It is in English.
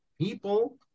people